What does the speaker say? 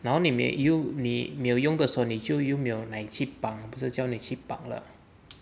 然后你没有你没有用的时候你就又没有拿去绑不是叫你去绑了